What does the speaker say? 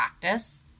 practice